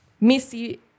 Missy